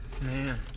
Man